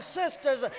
sisters